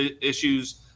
issues